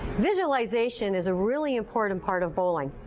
visualization is a really important part of bowling.